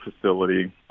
facility